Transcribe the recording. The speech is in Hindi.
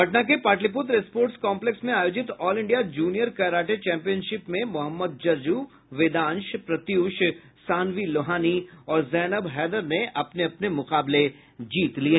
पटना के पाटलिपुत्र स्पोट्स कॉम्पलेक्स में आयोजित all India junior karate championship में मोहम्मद जरजू वेदांश प्रत्यूष सानवी लोहानी और जैनब हैदर ने अपने अपने मुकाबले जीत लिये